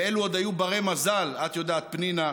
ואלו עוד היו בני-מזל, את יודעת, פנינה,